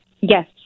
Yes